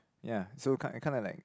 ya so kind it kind of like